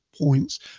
points